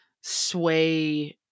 sway